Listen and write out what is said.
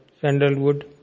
sandalwood